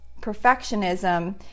perfectionism